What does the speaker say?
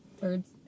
Birds